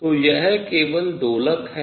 तो यह केवल दोलक है